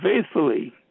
faithfully